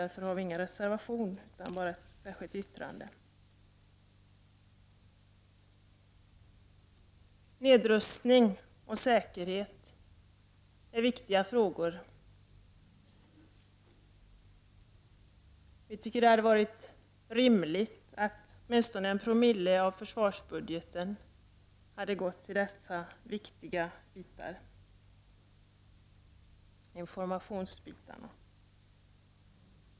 Därför har vi nu inte reservation i det här ärendet utan bara ett särskilt yttrande. Nedrustning och säkerhet är viktiga frågor. Vi tycker att det hade varit rimligt att åtminstone 196 av försvarsbudgeten hade gått till information om fredsoch nedrustningssträvanden.